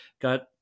got